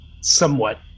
somewhat